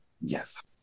Yes